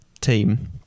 team